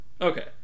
Okay